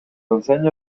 ensenya